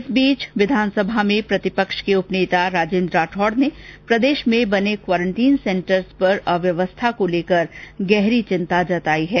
इस बीच विधानसभा में प्रतिपक्ष के उप नेता राजेन्द्र राठौड़ ने प्रदेश में बने क्वारंटीन सेंटर्स पर अव्यवस्था को लेकर गहरी चिंता व्यक्त की है